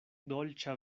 dolĉa